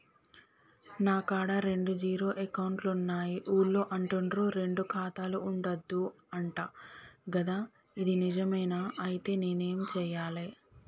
నా కాడా రెండు జీరో అకౌంట్లున్నాయి ఊళ్ళో అంటుర్రు రెండు ఖాతాలు ఉండద్దు అంట గదా ఇది నిజమేనా? ఐతే నేనేం చేయాలే?